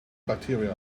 bacteria